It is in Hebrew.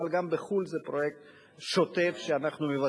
אבל גם בחו"ל זה פרויקט שוטף שאנחנו מבצעים.